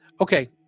Okay